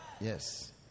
Yes